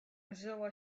mozilla